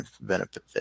benefit